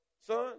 son